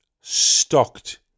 stocked